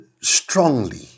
strongly